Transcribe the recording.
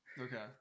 Okay